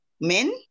men